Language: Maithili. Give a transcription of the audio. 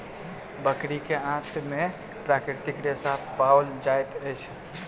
बकरी के आंत में प्राकृतिक रेशा पाओल जाइत अछि